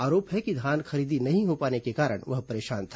आरोप है कि धान खरीदी नहीं हो पाने के कारण वह परेशान था